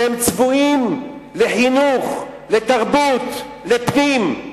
שהם צבועים לחינוך, לתרבות, לפנים,